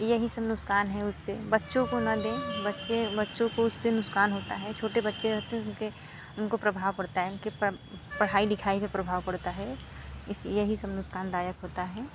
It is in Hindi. यही सब नुकसान है उससे बच्चों को न दें बच्चे बच्चों को उससे नुकसान होता है छोटे बच्चे रहते हैं उनके उनको प्रभाव पड़ता है उनके पढ़ाई लिखाई में प्रभाव पड़ता है इस ये ही सब नुकसान दायक होता है